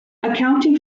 accounting